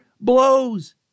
blows